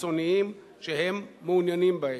החיצוניים שהן מעוניינות בהם.